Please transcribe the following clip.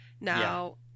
Now